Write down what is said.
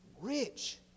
rich